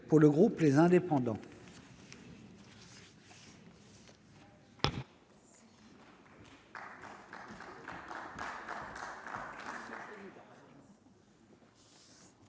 pour le groupe Les Indépendants